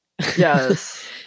yes